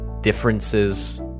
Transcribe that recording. differences